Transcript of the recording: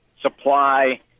supply